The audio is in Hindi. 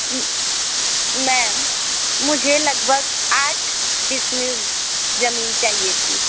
मैम मुझे लगभग आठ डिस मील ज़मीन चाहिए थी